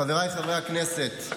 חבריי חברי הכנסת,